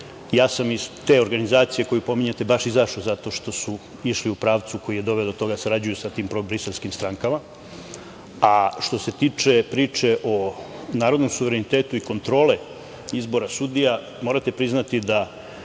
Ja sam iz te organizacije koju pominjete baš zato i izašao, zato što su išli u pravcu koji je doveo do toga da sarađuju sa tim probriselskim strankama. Što se tiče priče o narodnom suverenitetu i kontrole izbora sudija, morate priznati da